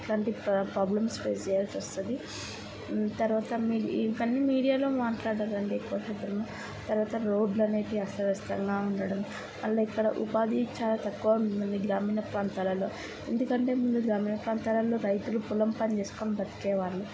ఇట్లాంటి problems face చేయాల్సి వస్తుంది తర్వాత ఇవ్వన్నీ మీడియాలో మాట్లాడరు అండి తర్వాత రోడ్లు అనేవి అస్తవ్యస్తంగా ఉండడం అండ్ ఇక్కడ ఉపాధి చాలా తక్కువ ఉంటుంది గ్రామీణ ప్రాంతాలలో ఎందుకంటే ముందు గ్రామీణ ప్రాంతాలలో రైతులు పొలం పని చేసుకుని బతికే వాళ్ళు